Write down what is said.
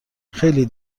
خیلی